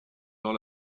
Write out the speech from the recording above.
dans